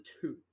two